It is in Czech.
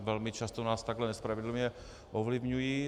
Velmi často nás takhle nespravedlivě ovlivňují.